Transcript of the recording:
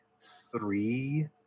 three